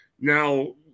Now